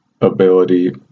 ability